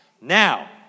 Now